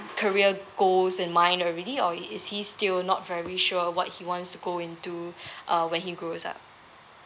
career goals in mind already or is he still not very sure what he wants to go into uh when he grows up